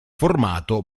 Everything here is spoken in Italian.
formato